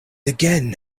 again